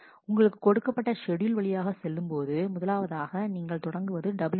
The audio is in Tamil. உங்களுக்கு கொடுக்கப்பட்ட ஷெட்யூல் வழியாக செல்லும்போது முதலாவதாக நீங்கள் தொடங்குவது W1 A